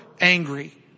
angry